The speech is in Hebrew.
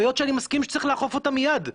והיות שאני מסכים שצריך לאכוף אותה מיד,